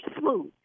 smooth